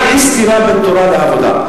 בעיני אין סתירה בין תורה לעבודה.